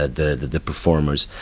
ah the. the performers.